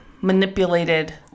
manipulated